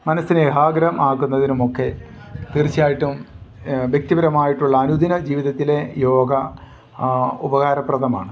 മനസ്സിനെ ഏകാഗ്രം ആക്കുന്നതിനുമൊക്കെ തീർച്ചയായിട്ടും വ്യക്തിപരമായിട്ടുള്ള അനുദിന ജീവിതത്തിലെ യോഗ ഉപകാരപ്രദമാണ്